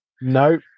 Nope